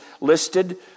listed